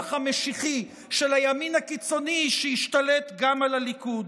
המשיחי של הימין הקיצוני שהשתלט גם על הליכוד.